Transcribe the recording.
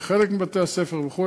בחלק מבתי-הספר וכו'.